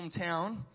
hometown